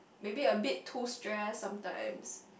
maybe a bit too stress sometimes